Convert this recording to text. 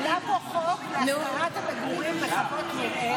עלה פה חוק להסדרת המגורים בחוות מרעה ושטחי מרעה,